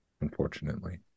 Unfortunately